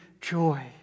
joy